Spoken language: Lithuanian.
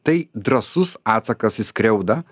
tai drąsus atsakas į skriaudą